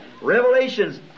Revelations